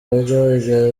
bajya